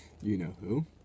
you-know-who